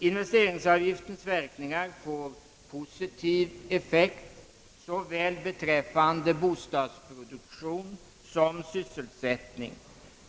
Investeringsavgiften får en positiv effekt såväl beträffande bostadsproduktion som sysselsättning.